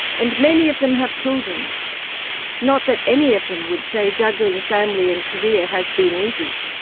and many of them have children not that any of them would say juggling family and career has been easy.